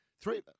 Three